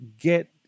get